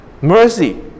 Mercy